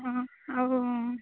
ହଁ ଆଉ